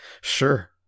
Sure